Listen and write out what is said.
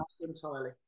entirely